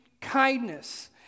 kindness